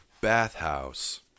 Bathhouse